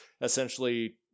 Essentially